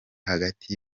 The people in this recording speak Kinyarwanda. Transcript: hagati